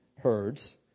herds